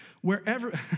Wherever